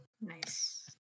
Nice